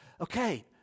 okay